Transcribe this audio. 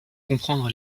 comprendre